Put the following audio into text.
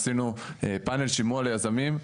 עשינו פאנל שימוע ליזמים,